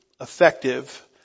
effective